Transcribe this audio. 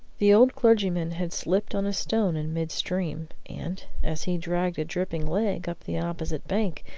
the old clergyman had slipped on a stone in mid-stream, and, as he dragged a dripping leg up the opposite bank,